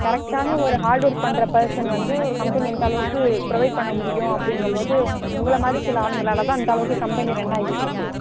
கரெக்டான ஒரு hard work பண்ணுற பேர்சன் வந்து ஒரு கம்பெனி இந்தளவுக்கு ப்ரொவைட் பண்ண முடியும் அப்படிங்கம்போது உங் உங்களை மாதிரி சில ஆளுங்களால்தான் இந்தளவுக்கு கம்பெனி ரன் ஆகிட்டிருக்கு